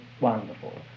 wonderful